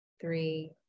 three